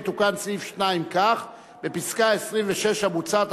יתוקן סעיף 2 כך: בפסקה 26 המוצעת,